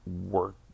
work